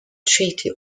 treaty